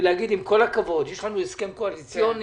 ולהגיד שעם כל הכבוד, יש לנו הסכם קואליציוני.